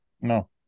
No